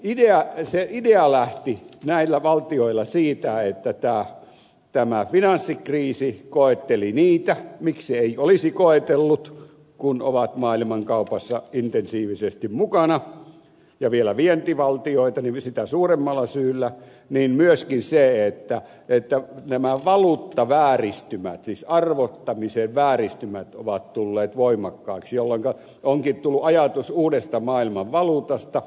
se idea lähti näillä valtioilla siitä että tämä finanssikriisi koetteli niitä miksi ei olisi koetellut kun ovat maailmankaupassa intensiivisesti mukana ja vielä vientivaltioita sitä suuremmalla syyllä ja myöskin siitä että nämä valuuttavääristymät siis arvottamisen vääristymät ovat tulleet voimakkaiksi jolloinka onkin tullut ajatus uudesta maailmanvaluutasta